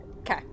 Okay